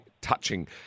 touching